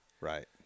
Right